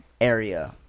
area